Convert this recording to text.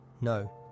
No